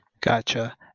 Gotcha